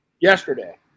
yesterday